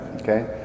okay